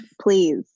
Please